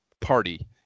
party